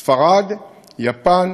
ספרד, יפן,